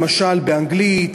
למשל באנגלית,